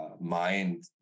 mind